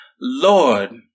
Lord